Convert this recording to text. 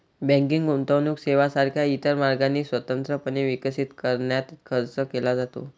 banking गुंतवणूक सेवांसारख्या इतर मार्गांनी स्वतंत्रपणे विकसित करण्यात खर्च केला आहे